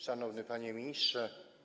Szanowny Panie Ministrze!